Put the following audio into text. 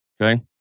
Okay